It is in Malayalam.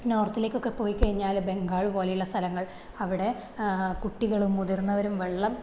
നോര്ത്തിലേക്ക് ഒക്കെ പോയിക്കഴിഞ്ഞാൽ ബംഗാള് പോലെയുള്ള സ്ഥലങ്ങള് അവിടെ കുട്ടികളും മുതിർന്നവരും വെള്ളം